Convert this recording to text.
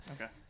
Okay